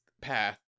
path